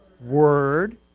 word